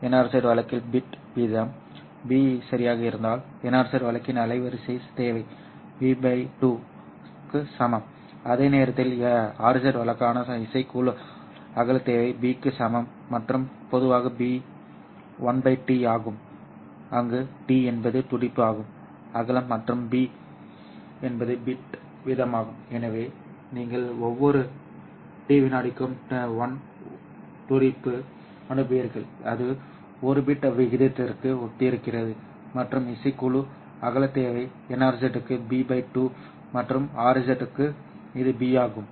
NRZ வழக்கில் bit வீதம் B சரியாக இருந்தால் NRZ வழக்கின் அலைவரிசை தேவை B 2 க்கு சமம் அதே நேரத்தில் RZ வழக்குக்கான இசைக்குழு அகல தேவை B க்கு சமம் மற்றும் பொதுவாக B 1 T ஆகும் அங்கு T என்பது துடிப்பு ஆகும் அகலம் மற்றும் B என்பது பிட் வீதமாகும் எனவே நீங்கள் ஒவ்வொரு T விநாடிக்கும் 1 துடிப்பு அனுப்புகிறீர்கள் அது ஒரு பிட் வீதத்திற்கு ஒத்திருக்கிறது மற்றும் இசைக்குழு அகல தேவை NRZ க்கு B 2 மற்றும் RZ க்கு இது B ஆகும்